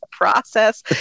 process